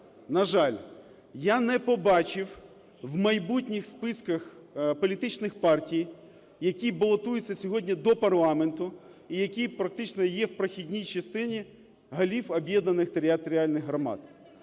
на жаль, я не побачив в майбутніх списках політичних партій, які балотуються сьогодні до парламенту і які практично є в прохідній частині голів об'єднаних територіальних громад.